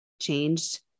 changed